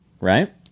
Right